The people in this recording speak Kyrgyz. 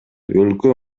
өлкө